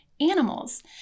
animals